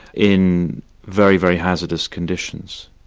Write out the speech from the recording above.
in very, very hazardous conditions.